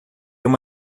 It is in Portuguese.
uma